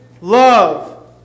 love